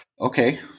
Okay